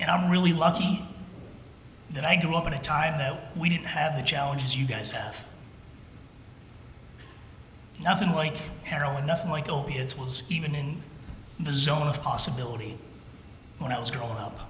and i'm really lucky that i grew up in a time that we didn't have the challenges you guys have nothing like heroin nothing like opiates was even in the zone of possibility when i was growing up